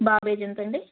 బాబు age ఎంత అండి